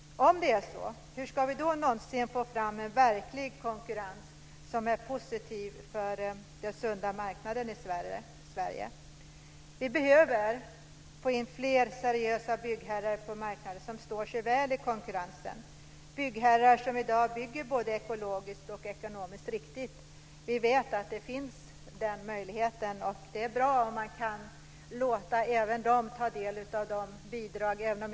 Om det är så, hur ska vi då någonsin få fram en verklig konkurrens som är positiv för den sunda marknaden i Sverige? Vi behöver få in fler seriösa byggherrar på marknaden som står sig väl i konkurrensen, byggherrar som i dag bygger både ekologiskt och ekonomiskt riktigt. Vi vet att denna möjlighet finns, och det är bra om man kan låta även dem ta del av de bidrag som finns.